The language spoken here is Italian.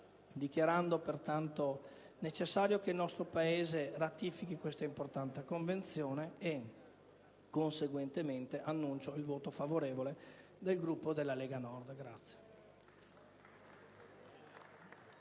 dichiarando pertanto necessario che il nostro Paese ratifichi questa importante convenzione e, conseguentemente, annuncio il voto favorevole del Gruppo della Lega Nord.